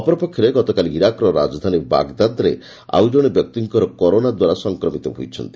ଅପର ପକ୍ଷରେ ଗତକାଲି ଇରାକର ରାଜଧାନୀ ବାଗଦାଦରେ ଆଉ ଜଣେ ବ୍ୟକ୍ତିଙ୍କର କରୋନା ଦ୍ୱାରା ସଫକ୍ରମିତ ହୋଇଛନ୍ତି